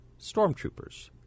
stormtroopers